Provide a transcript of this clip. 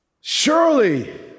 Surely